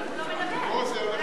למה הוא לא מדבר על המחאה?